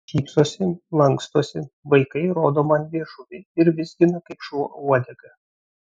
šypsosi lankstosi vaikai rodo man liežuvį ir vizgina kaip šuo uodegą